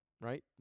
right